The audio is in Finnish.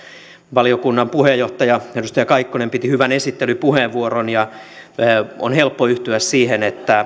valiokunnan puheenjohtaja edustaja kaikkonen piti hyvän esittelypuheenvuoron on helppo yhtyä siihen että